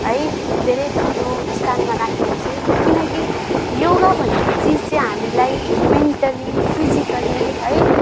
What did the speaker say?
है धेरै ठुलो स्थानमा राखेको छु किनकि योगा भनेको चिज चाहिँ हामीलाई मेन्टली फिजिकली है